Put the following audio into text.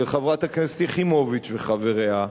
של חברת הכנסת יחימוביץ וחבריה,